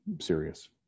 Serious